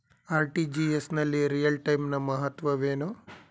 RTGS ನಲ್ಲಿ real time ನ ಮಹತ್ವವೇನು?